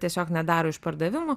tiesiog nedaro išpardavimų